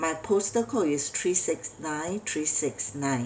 my postal code is three six nine three six nine